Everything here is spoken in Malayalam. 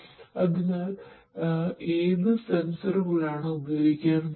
അതിനാൽ ഏത് സെൻസറുകളാണ് ഉപയോഗിക്കാൻ പോകുന്നത്